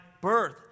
birth